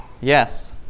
yes